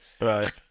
Right